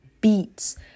beats